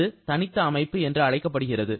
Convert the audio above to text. அது தனித்த அமைப்பு என்று அழைக்கப்படுகிறது